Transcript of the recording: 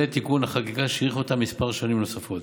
תיקון החקיקה שהאריך אותן לכמה שנים נוספות,